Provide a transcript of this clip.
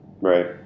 right